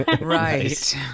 Right